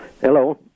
Hello